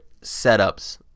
setups